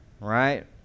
right